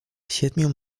siedmiu